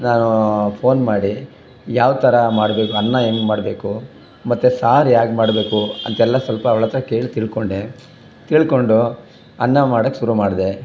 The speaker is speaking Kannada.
ನಾನು ಫೋನ್ ಮಾಡಿ ಯಾವ ಥರ ಮಾಡಬೇಕು ಅನ್ನ ಹೆಂಗ್ ಮಾಡಬೇಕು ಮತ್ತೆ ಸಾರು ಹ್ಯಾಗೆ ಮಾಡ್ಬೇಕು ಅಂತೆಲ್ಲ ಸ್ವಲ್ಪ ಅವ್ಳಹತ್ರ ಕೇಳಿ ತಿಳ್ಕೊಂಡೆ ತಿಳ್ಕೊಂಡು ಅನ್ನ ಮಾಡೋಕೆ ಶುರು ಮಾಡಿದೆ